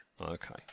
Okay